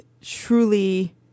truly